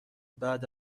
بعد